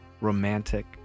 romantic